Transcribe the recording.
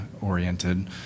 oriented